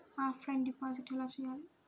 Offline deposit ఎలా చేయాలి?